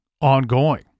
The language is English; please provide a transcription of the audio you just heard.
ongoing